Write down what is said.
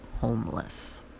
homeless